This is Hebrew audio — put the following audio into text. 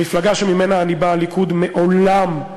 המפלגה שממנה אני בא, הליכוד, מעולם,